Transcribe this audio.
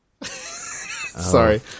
Sorry